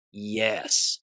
Yes